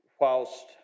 whilst